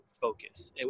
focus